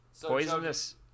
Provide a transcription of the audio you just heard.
Poisonous